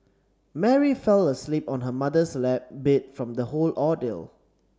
Mary fell asleep on her mother's lap beat from the whole ordeal